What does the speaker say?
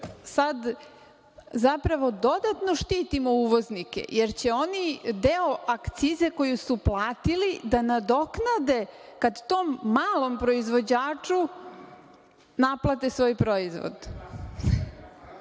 sad zapravo dodatno štitimo uvoznike, jer će oni deo akcize koju su platili da nadoknade kad tom malom proizvođaču naplate svoj proizvod. Ali,